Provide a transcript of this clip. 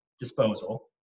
disposal